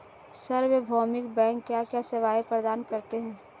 सार्वभौमिक बैंक क्या क्या सेवाएं प्रदान करते हैं?